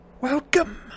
Welcome